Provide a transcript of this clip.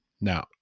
Now